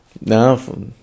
No